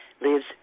lives